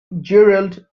gerald